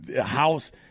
house